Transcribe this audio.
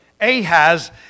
Ahaz